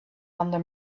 under